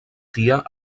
tia